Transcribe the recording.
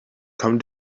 come